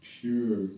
pure